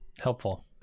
Helpful